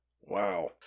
Wow